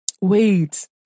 Wait